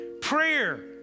Prayer